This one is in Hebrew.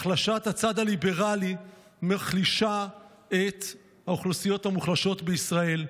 החלשת הצד הליברלי מחלישה את האוכלוסיות המוחלשות בישראל,